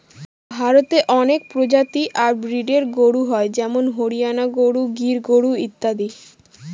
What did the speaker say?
ভারতে অনেক প্রজাতি আর ব্রিডের গরু হয় যেমন হরিয়ানা গরু, গির গরু ইত্যাদি